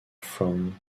from